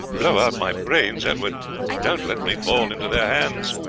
blow out my brains, edward don't let me fall into their hands